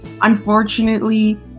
unfortunately